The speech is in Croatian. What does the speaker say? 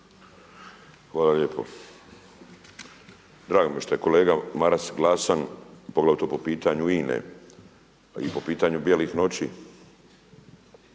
Hvala lijepo. Drago mi je što je kolega Maras glasan, poglavito po pitanju INA-e i po pitanju bijelih noći.